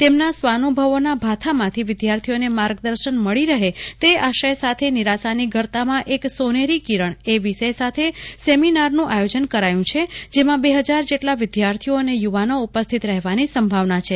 તેમના સ્વાનુ ભવોના ભાથામાથી વિદ્યાર્થીઓને માર્ગદર્શન મળી રહે તે આશય સાથે નિરાશાની ગર્તામાં એક સોનેરી કિરણ વિષય સાથે સેમિનારાનું આયોજન કરાયું છે જેમાં બે હજાર જેટલા વિદ્યાર્થીઓ અને યુ વાનો ઉપસ્થિત રહેવાની સંભાવના છે